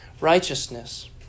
righteousness